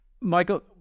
Michael